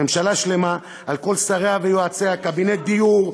שממשלה שלמה, על כל שריה ויועציה, קבינט דיור,